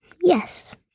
Yes